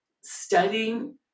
studying